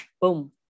boom